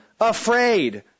afraid